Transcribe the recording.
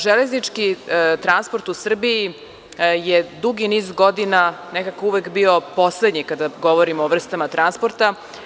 Železnički transport u Srbiji je dugi niz godina nekako uvek bio poslednji kada govorimo o vrstama transporta.